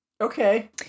Okay